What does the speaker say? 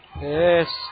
yes